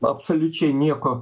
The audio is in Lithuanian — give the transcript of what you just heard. absoliučiai nieko